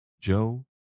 Joe